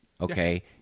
Okay